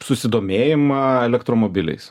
susidomėjimą elektromobiliais